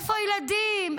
איפה הילדים?